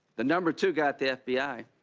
the number two guy at the f b i,